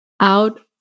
out